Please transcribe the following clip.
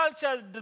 culture